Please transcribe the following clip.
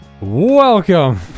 Welcome